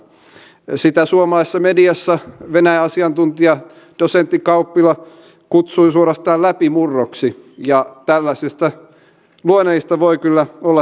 aikaisemmissa puheenvuoroissa on tullut myös esille se että tämä normien purku ja yritystoiminnan ja investointien normien purku koskee ja sen pitää koskea niin kantasuomalaisia kuin myös maahanmuuttajien mahdollisuuksia työllistää itsensä